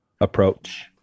approach